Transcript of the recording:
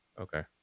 Okay